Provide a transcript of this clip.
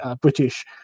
British